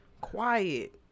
quiet